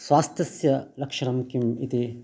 स्वास्थ्यस्य लक्षणं किम् इति